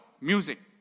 music